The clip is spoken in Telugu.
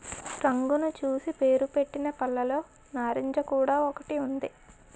రంగును చూసి పేరుపెట్టిన పళ్ళులో నారింజ కూడా ఒకటి ఉంది